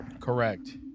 Correct